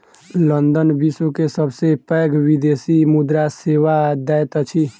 London विश्व के सबसे पैघ विदेशी मुद्रा सेवा दैत अछि